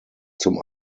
zum